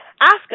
ask